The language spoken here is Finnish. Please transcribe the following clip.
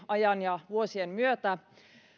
ajan ja vuosien myötä